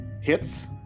hits